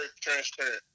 transparent